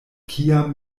kiam